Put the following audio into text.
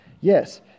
Yes